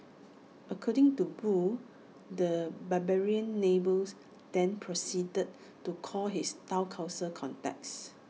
according to boo the barbarian neighbours then proceeded to call his Town Council contacts